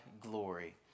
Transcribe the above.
glory